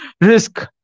risk